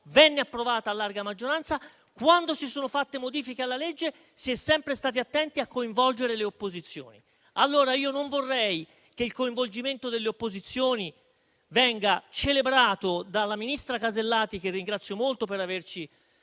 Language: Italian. venne approvata a larga maggioranza; quando si sono fatte modifiche alla legge, si è sempre stati attenti a coinvolgere le opposizioni. Non vorrei, quindi, che il coinvolgimento delle opposizioni venga celebrato dalla ministra Alberti Casellati, che ringrazio molto per averci